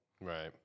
right